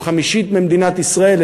שהוא חמישית ממדינת ישראל,